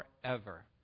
forever